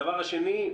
שאלה שנייה: